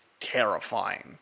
terrifying